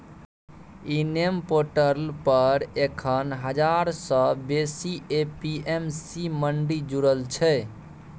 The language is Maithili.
इ नेम पोर्टल पर एखन हजार सँ बेसी ए.पी.एम.सी मंडी जुरल छै